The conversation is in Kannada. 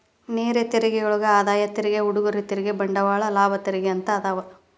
ನೇರ ತೆರಿಗೆಯೊಳಗ ಆದಾಯ ತೆರಿಗೆ ಉಡುಗೊರೆ ತೆರಿಗೆ ಬಂಡವಾಳ ಲಾಭ ತೆರಿಗೆ ಅಂತ ಅದಾವ